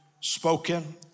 spoken